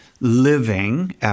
living